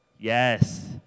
Yes